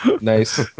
Nice